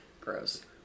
Gross